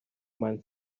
man